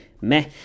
Meh